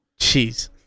Jeez